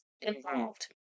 involved